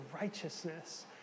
righteousness